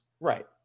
Right